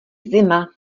zima